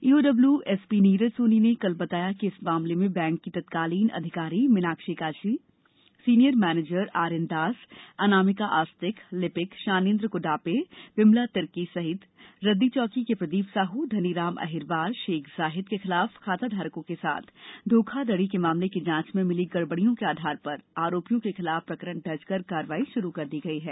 EOW SP Neeraj Soni ने कल बताया कि इस मामले में बैंक की तत्कालीन अधिकारी Meenakshi Kachhi senior manager RN Das Sushri Anamika Astik लिपिक शानेन्द्र कुडापे विमला तिर्की सहित रद्दी चौकी के प्रदीप साहू धनीराम अहिरवार शेख जाहिद के खिलाफ खाताधारकों के साथ धोखाधड़ी के मामले की जांच में मिली गड़बडियों के आधार पर आरोपियों के खिलाफ प्रकरण दर्ज कर कार्रवाई शुरू की गई है